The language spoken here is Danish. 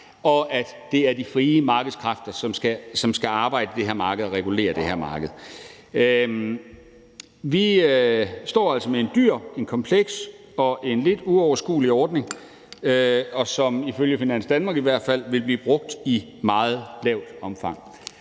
og at det er de frie markedskræfter, som skal arbejde i det her marked og regulere det her marked. Vi står altså med en dyr, en kompleks og en lidt uoverskuelig ordning, som, ifølge Finans Danmark i hvert fald, vil blive brugt i et meget lille omfang.